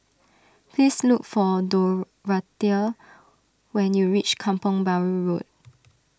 please look for Dorathea when you reach Kampong Bahru Road